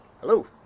Hello